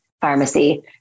pharmacy